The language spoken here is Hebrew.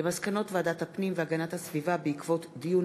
על מסקנות ועדת הפנים והגנת הסביבה בעקבות דיון